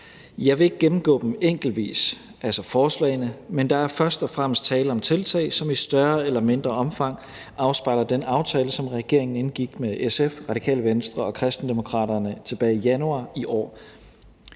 Jeg vil ikke gennemgå forslagene enkeltvis, men der er først og fremmest tale om tiltag, som i større eller mindre omfang afspejler den aftale, som regeringen indgik med SF, Radikale Venstre og Kristendemokraterne tilbage i januar i år.